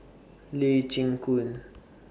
Lee Chin Koon